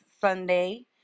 Sunday